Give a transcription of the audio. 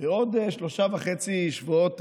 בעוד שלושה וחצי שבועות,